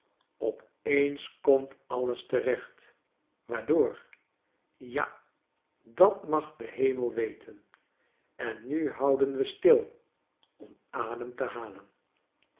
op eens komt alles terecht waardoor ja dat mag de hemel weten en nu houden we stil om adem te halen